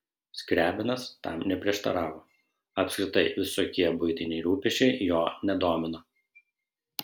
skriabinas tam neprieštaravo apskritai visokie buitiniai rūpesčiai jo nedomino